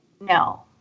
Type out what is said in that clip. No